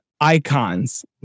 icons